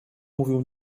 mówił